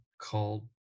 Called